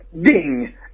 ding